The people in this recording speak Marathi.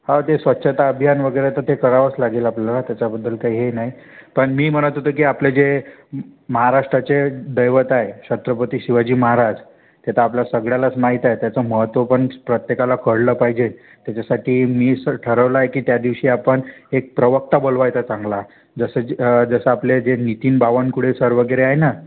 हो ते स्वच्छता अभियान वगैरे तर ते करावंच लागेल आपल्याला त्याच्याबद्दल काही हे नाही पण मी म्हणत होतो की आपलं जे महाराष्ट्राचे दैवत आहे छत्रपती शिवाजी महाराज ते तर आपल्या सगळ्यालाच माहीत आहे त्याचं महत्त्व पण प्रत्येकाला कळलं पाहिजे त्याच्यासाठी मी असं ठरवलं आहे की त्या दिवशी आपण एक प्रवक्ता बोलवायचा चांगला जसं जी जसं आपले जे नितीन बावनकुळे सर वगैरे आहे ना